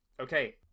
Okay